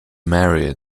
mary